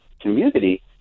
community